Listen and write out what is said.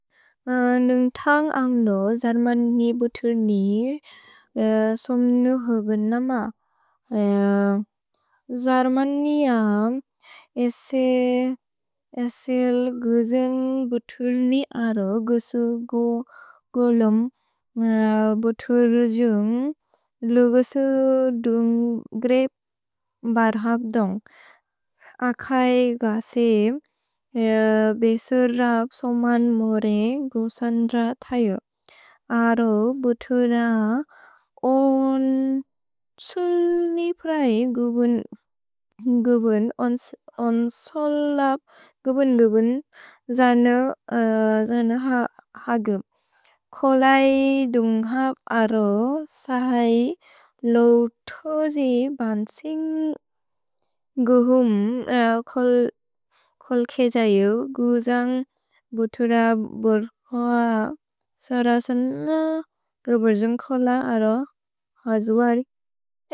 अन्ग् अन्ग्लो अर्मन्नि बुउर्नि सोम्नु ह्ब्न् नमक्। अर्मन्निअ एस्सिल् गुउन्ग् बुउर्नि अरो गुउ गुल्लुम् बुउर् जुन्ग् लुउउ दुन्ग् ग्रेप् बर्हप्दुन्ग्। अकज् गसेब् बेसुर्रब् सोमन्मोरे गुअन्द्र थजो। अरो बुउर्र ओन् सुल्नि प्रए गुउन् गुउन् ओन् सोलप् गुउन् गुउन् अर्न हगुम्। खोलै दुन्ग् हप् अरो सहै लोओइ बन्सिन्ग् गुहुम् कोल्खेज जु गुअन् बुउर्र बुर्खोअ। सरसन गुबुर्जुन्ग् खोल अरो हज्वरिक्।